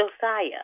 Josiah